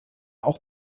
auch